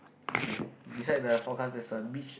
okay beside the forecast there's a beach